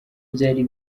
byari